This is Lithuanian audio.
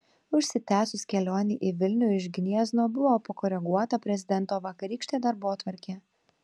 užsitęsus kelionei į vilnių iš gniezno buvo pakoreguota prezidento vakarykštė darbotvarkė